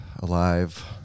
alive